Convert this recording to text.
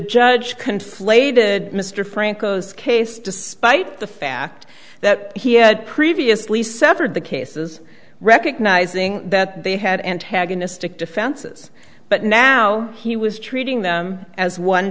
judge conflated mr franco's case despite the fact that he had previously severed the cases recognizing that they had antagonistic defenses but now he was treating them as one